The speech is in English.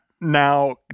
now